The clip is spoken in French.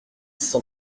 cent